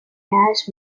has